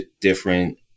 different